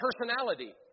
personality